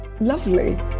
lovely